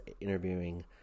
interviewing